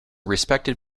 respected